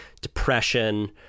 depression